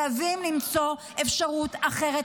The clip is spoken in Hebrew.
חייבים למצוא אפשרות אחרת.